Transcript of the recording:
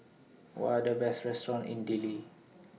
What Are The Best restaurants in Dili